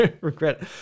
Regret